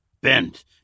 bent